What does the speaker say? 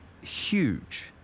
huge